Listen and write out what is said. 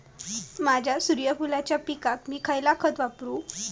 माझ्या सूर्यफुलाच्या पिकाक मी खयला खत वापरू?